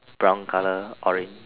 brown color oren